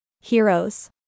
Heroes